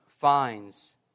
finds